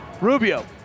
Rubio